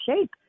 shape